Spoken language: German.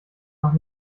noch